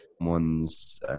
one's